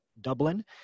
Dublin